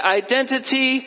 identity